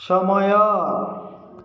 ସମୟ